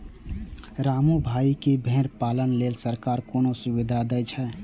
रामू भाइ, की भेड़ पालन लेल सरकार कोनो सुविधा दै छै?